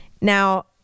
Now